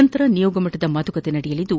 ನಂತರ ನಿಯೋಗ ಮಟ್ಟದ ಮಾತುಕತೆ ನಡೆಯಲಿದ್ದು